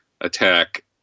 attack